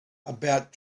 about